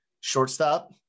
shortstop